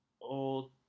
Old